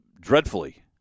dreadfully